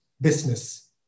business